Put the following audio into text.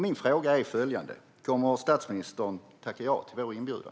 Min fråga är följande: Kommer statsministern att tacka ja till vår inbjudan?